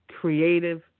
creative